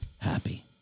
happy